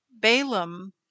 Balaam